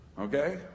okay